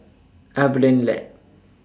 Evelyn Lip